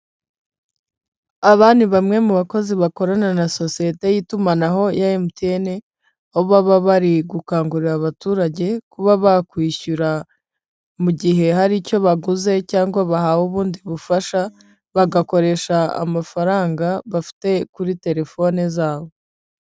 Aba ni bamwe mu bakozi bakorana na sosiyete y'itumanaho ya MTN, aho baba bari gukangurira abaturage kuba bakwishyura mu gihe hari icyo baguze cyangwa bahawe ubundi bufasha; bagakoresha amafaranga bafite kuri telefoni zabo.